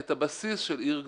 את הבסיס של עיר גדולה.